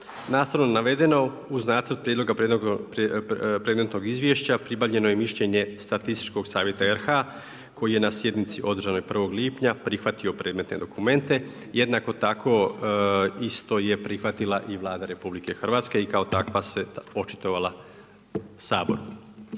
nastavno navedeno, uz nacrt prijedloga predmetnog izvješća pribavljeno je mišljenje Statističkog savjeta RH, koji je na sjednici održanog 1. lipnja prihvatio predmetne dokumente, jednako tako isto je prihvatila i Vlada Republike Hrvatske i kao takva se očitovala Saboru.